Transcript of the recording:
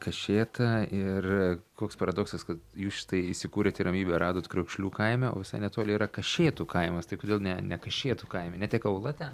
kašėta ir koks paradoksas kad jūs štai įsikūrėt ir ramybę radote kriaukšlių kaime o visai netoli yra kašėtų kaimas tai kodėl ne ne kašėtų kaime neteka ūla ten